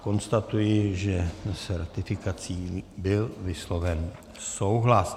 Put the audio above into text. Konstatuji, že s ratifikací byl vysloven souhlas.